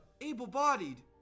able-bodied